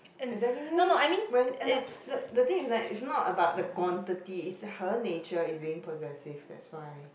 exactly lor when eh no the the thing is that it's not about the quantity it's her nature is being possessive that's why